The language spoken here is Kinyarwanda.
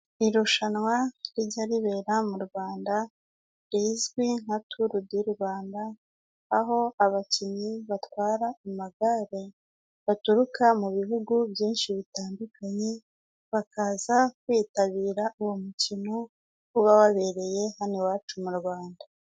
Irushanwa rijya ribera mu Rwanda rizwi nka "turu di Rwanda" ,aho abakinnyi batwara amagare baturuka mu bihugu byinshi bitandukanye, bakaza kwitabira uwo mukino uba wabereye hano iwacu muRrwanda.